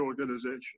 organization